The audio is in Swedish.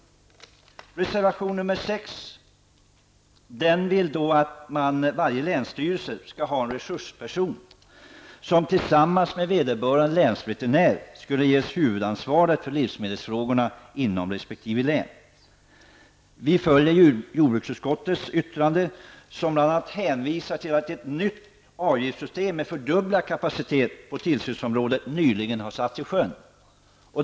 I reservation nr 6 vill man att det vid varje länsstyrelse skall finnas en resursperson som tillsammans med vederbörande länsveterinär skall ges huvudansvaret för livsmedelsfrågorna inom resp. län. Vi följer jordbruksutskottets yttrande som bl.a. hänvisar till att ett nytt avgiftssystem med fördubblad kapacitet på tillsynsområdet nyligen har satts i sjön.